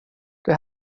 det